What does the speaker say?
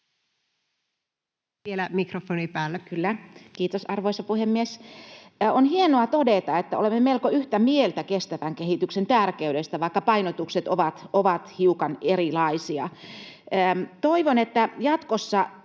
suljettuna] Kyllä. Kiitos, arvoisa puhemies! — On hienoa todeta, että olemme melko yhtä mieltä kestävän kehityksen tärkeydestä, vaikka painotukset ovat hiukan erilaisia. Toivon, että jatkossa